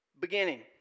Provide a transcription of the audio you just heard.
beginning